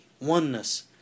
oneness